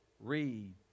read